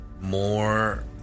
more